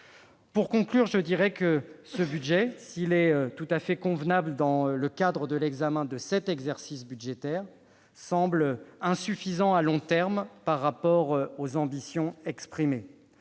Pour conclure, je dirai que ce budget, s'il est tout à fait convenable du point de vue de l'examen de cet exercice budgétaire, semble insuffisant à long terme au regard des ambitions exprimées.